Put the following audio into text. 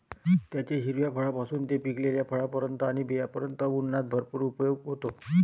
त्याच्या हिरव्या फळांपासून ते पिकलेल्या फळांपर्यंत आणि बियांपर्यंत अन्नात भरपूर उपयोग होतो